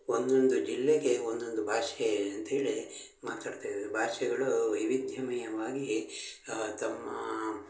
ಒಂದೊಂದು ಜಿಲ್ಲೆಗೆ ಒಂದೊಂದು ಭಾಷೆ ಅಂತೇಳಿ ಮಾತಾಡ್ತಾ ಇದ್ದಾರೆ ಭಾಷೆಗಳೂ ವೈವಿಧ್ಯಮಯವಾಗಿ ತಮ್ಮ